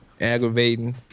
aggravating